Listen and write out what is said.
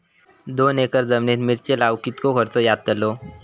दोन एकर जमिनीत मिरचे लाऊक कितको खर्च यातलो?